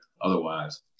otherwise